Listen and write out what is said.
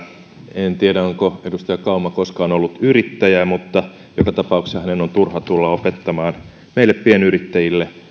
en tiedä onko edustaja kauma koskaan ollut yrittäjä mutta joka tapauksessa hänen on turha tulla opettamaan meille pienyrittäjille